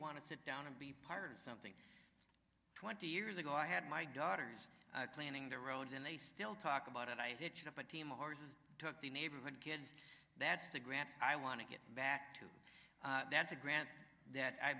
want to sit down and be part of something twenty years ago i had my daughters planning the road and they still talk about it i took the neighborhood kids that's the grant i want to get back to that's a grant